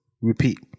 repeat